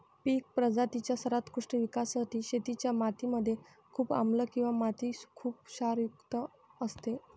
पिक प्रजातींच्या सर्वोत्कृष्ट विकासासाठी शेतीच्या माती मध्ये खूप आम्लं किंवा माती खुप क्षारयुक्त असते